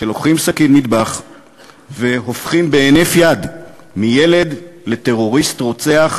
שלוקחים סכין מטבח והופכים בהינף יד מילד לטרוריסט רוצח,